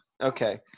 Okay